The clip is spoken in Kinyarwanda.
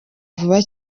vuba